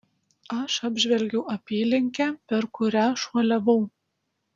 aš apžvelgiau apylinkę per kurią šuoliavau